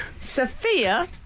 Sophia